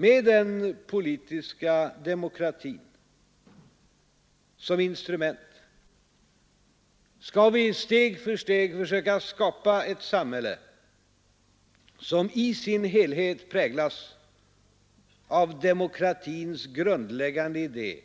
Med den politiska demokratin som instrument skall vi steg för steg försöka skapa ett samhälle som i sin helhet präglas av demokratins grundläggande idé